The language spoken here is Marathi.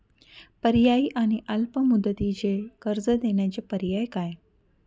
पर्यायी आणि अल्प मुदतीचे कर्ज देण्याचे पर्याय काय?